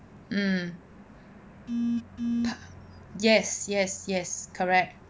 mm yes yes yes correct